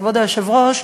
כבוד היושב-ראש,